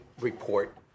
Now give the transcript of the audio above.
report